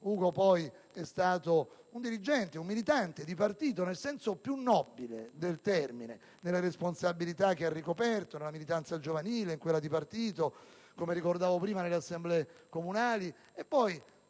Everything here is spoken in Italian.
Ugo, poi, è stato un dirigente e un militante di partito nel senso più nobile del termine, nelle responsabilità che ha ricoperto, nella militanza giovanile e in quella di partito, come ricordavo prima, nelle assemblee comunali